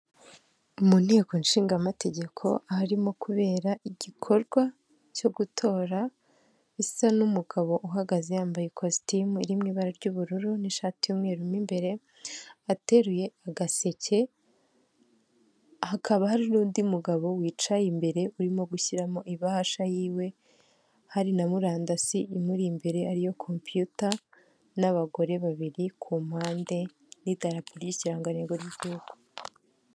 Mu nteko shingamategeko harimo kubera igikorwa cyo gutora. Bisa n'umugabo uhagaze yambaye ikositimu iri mu ibara ry'ubururu n'ishati y'mweru mo imbere ateruye agaseke. Hakaba hari n'undi mugabo wicaye imbere urimo gushyiramo ibahasha yiwe, hari na murandasi imuri imbere ariyo copyuta n 'abagore babiri ku mpande n' idarapo ry' ikirangantego ry' igihugu.